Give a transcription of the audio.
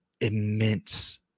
immense